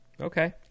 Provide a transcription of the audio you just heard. Okay